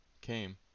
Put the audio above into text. came